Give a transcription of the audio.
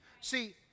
See